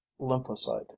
lymphocyte